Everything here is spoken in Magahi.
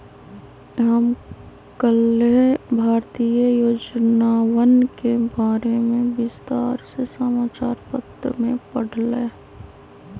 हम कल्लेह भारतीय योजनवन के बारे में विस्तार से समाचार पत्र में पढ़ लय